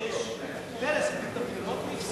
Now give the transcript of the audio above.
ב-1996 פרס הקדים את הבחירות והפסיד,